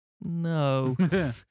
No